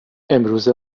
امروزه